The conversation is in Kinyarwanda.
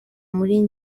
muri